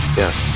yes